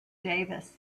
davis